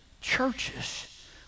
churches